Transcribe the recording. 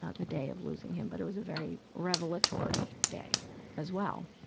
ah the day of losing him, but it was a very revelatory day as well.